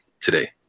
today